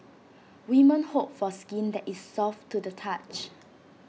women hope for skin that is soft to the touch